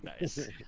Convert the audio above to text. Nice